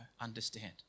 understand